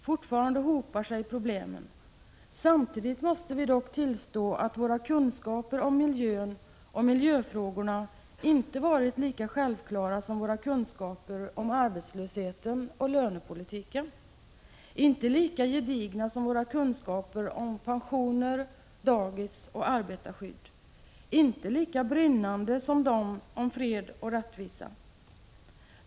Fortfarande hopar sig problemen --- Samtidigt måste vi dock tillstå att våra kunskaper om miljön och miljöfrågorna inte varit lika självklara som våra kunskaper om arbetslösheten och lönepolitiken, inte lika gedigna som våra kunskaper om pensioner, dagis och arbetarskydd, inte lika brinnande som dem om fred och rättvisa.